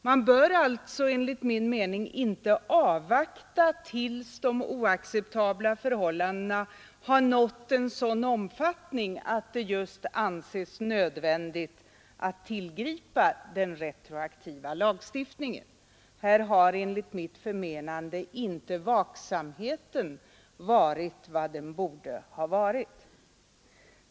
Man bör alltså enligt min mening inte avvakta tills de oacceptabla förhållandena har nått en sådan omfattning att det anses nödvändigt att tillgripa en retroaktiv lagstiftning. Här har enligt mitt förmenande inte vaksamheten varit vad den borde vara.